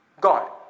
God